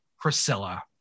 Priscilla